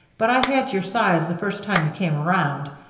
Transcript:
but i had your size the first time you came around.